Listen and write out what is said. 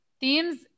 Themes